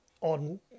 on